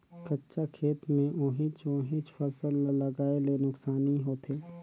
कंचा खेत मे ओहिच ओहिच फसल ल लगाये ले नुकसानी होथे